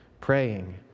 praying